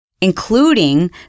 including